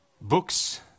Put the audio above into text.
books